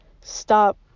stop